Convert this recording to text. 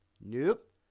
nope